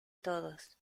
todos